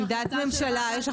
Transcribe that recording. עמדת הממשלה היא,